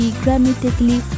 grammatically